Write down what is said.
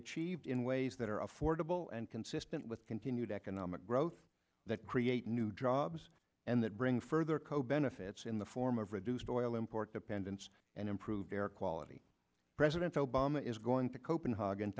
achieved in ways that are affordable and consistent with continued economic growth that create new jobs and that bring further co benefits in the form of reduced oil import dependence and improved air quality president obama is going to copenhagen